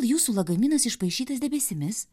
jūsų lagaminas išpaišytas debesimis